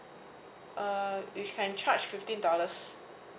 uh you can charge fifteen dollars